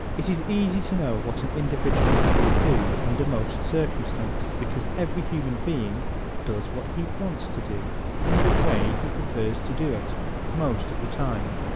it is easy to know what an individual will do under most circumstances because every human being does what he wants to do in the way he prefers to do it most of the time.